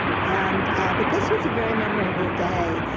and but this was a very memorable day.